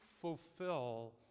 fulfill